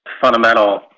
fundamental